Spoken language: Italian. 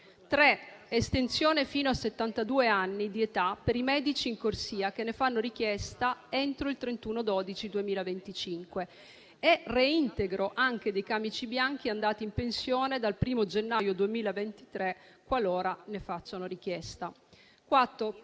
estensione fino a settantadue anni di età per i medici in corsia che ne fanno richiesta entro il 31 dicembre 2025 e reintegro dei camici bianchi andati in pensione dal 1° gennaio 2023, qualora ne facciano richiesta;